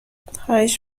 خواهش